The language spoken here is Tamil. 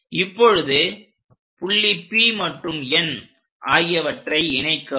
இப்பொழுது புள்ளி P மற்றும் N ஆகியவற்றை இணைக்கவும்